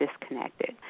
disconnected